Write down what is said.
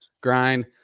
grind